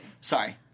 sorry